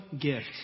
gift